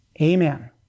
Amen